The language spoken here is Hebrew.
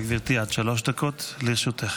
בבקשה, גברתי, עד שלוש דקות לרשותך.